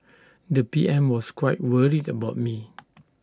the P M was quite worried about me